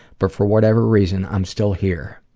but for whatever reason, i'm still here.